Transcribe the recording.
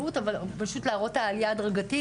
פשוט להראות את העלייה ההדרגתית,